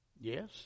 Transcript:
Yes